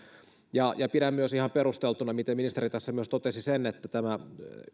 pidän myös ihan perusteltuna mitä ministeri tässä myös totesi sen että tämä